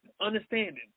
understanding